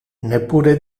neppure